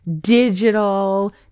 digital